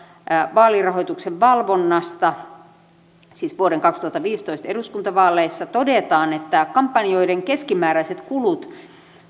vaalirahoituksen valvonnasta siis vuoden kaksituhattaviisitoista eduskuntavaaleissa todetaan että kampanjoiden keskimääräiset kulut